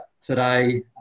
today